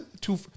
two